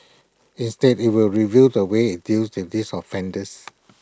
instead IT will review the way IT deals in these offenders